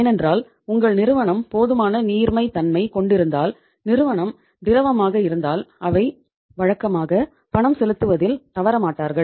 ஏனென்றால் உங்கள் நிறுவனம் போதுமான நீர்மைத்தமை கொண்டிருந்தால் நிறுவனம் திரவமாக இருந்தால் அவை வழக்கமாக பணம் செலுத்துவதில் தவற மாட்டார்கள்